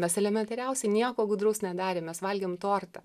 mes elementariausiai nieko gudraus nedarėm mes valgėm tortą